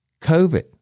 COVID